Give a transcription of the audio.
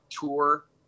tour